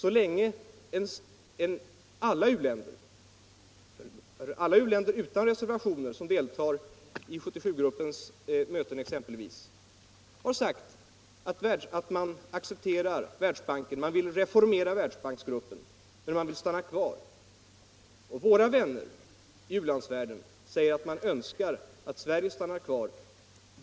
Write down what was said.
Andra u-länder som deltar i 77-gruppens möten har utan reservationer sagt att man accepterar Världsbanken. Man vill reformera Världsbanksgruppen, men vill stanna kvar i den. Våra vänner i u-landsvärlden säger att man önskar att Sverige stannar kvar.